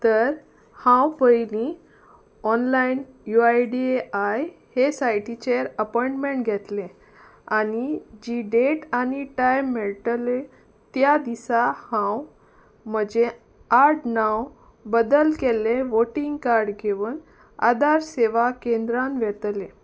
तर हांव पयलीं online U I D A I हे सायटीचेर अपॉयंटमेंट घेतलें आनी जी डेट आनी टायम मेळटले त्या दिसा हांव म्हजें आड नांव बदल केल्ले वोटींग कार्ड घेवन आदार सेवा केंद्रान वतलें